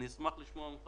אני אשמח לשמוע ממך,